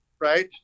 Right